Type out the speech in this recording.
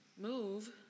move